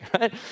right